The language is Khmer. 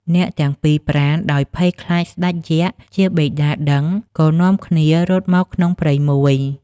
អ្នកទាំងពីរប្រាណ ដោយភ័យខ្លាចស្ដេចយក្ខជាបិតាដឹង ក៏នាំគ្នារត់មកក្នុងព្រៃមួយ។